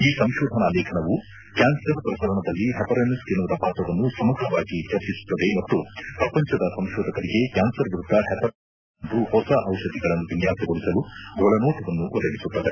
ಈ ಸಂಶೋಧನ ಲೇಖನವು ಕ್ಯಾನ್ಸರ್ ಪ್ರಸರಣದಲ್ಲಿ ಹೆಪಾರನೇಸ್ ಕಿಣ್ವದ ಪಾತ್ರವನ್ನು ಸಮಗ್ರವಾಗಿ ಚರ್ಚಿಸುತ್ತದೆ ಮತ್ತು ಪ್ರಪಂಚದ ಸಂಶೋಧಕರಿಗೆ ಕ್ಯಾನ್ಸರ್ ವಿರುದ್ದ ಹೆಪಾರಾನೇಸ್ ಅನ್ನು ಗುರಿಯಾಗಿಟ್ಟುಕೊಂದು ಹೊಸ ಔಷಧಿಗಳನ್ನು ವಿನ್ಯಾಸಗೊಳಿಸಲು ಒಳನೋಟವನ್ನು ಒದಗಿಸುತ್ತದೆ